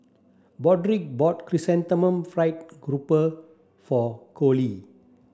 Broderick bought Chrysanthemum Fried Garoupa for Coley